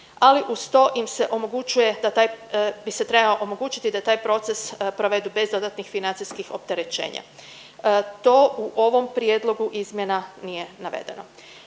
da taj bi se trebalo omogućiti da taj proces provedu bez dodatnih financijskih opterećenja. To u ovom prijedlogu izmjena nije navedeno.